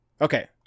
Okay